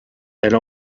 elle